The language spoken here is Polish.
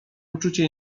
uczucie